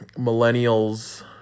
millennials